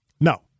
No